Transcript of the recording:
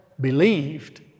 believed